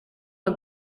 het